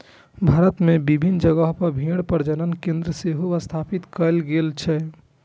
भारत मे विभिन्न जगह पर भेड़ प्रजनन केंद्र सेहो स्थापित कैल गेल छै